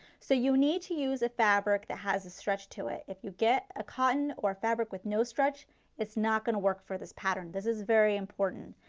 so you need to use a fabric that has a stretch to it, if you get a cotton or a fabric with no stretch it's not going to work for this pattern. this is very important.